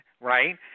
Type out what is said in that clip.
right